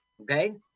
okay